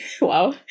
Wow